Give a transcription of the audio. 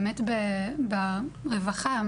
באמת ברווחה,